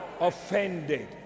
offended